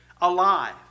alive